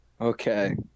Okay